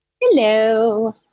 Hello